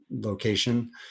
location